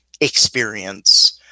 experience